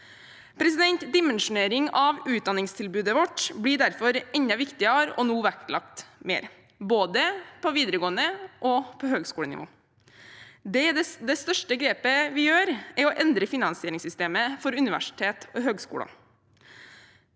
problem. Dimensjonering av utdanningstilbudet vårt blir derfor enda viktigere og blir nå vektlagt mer, både på videregående og på høyskolenivå. Det største grepet vi gjør, er å endre finansieringssystemet for universiteter og høyskoler.